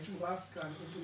אין שום רף למטופל,